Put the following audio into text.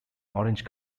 orange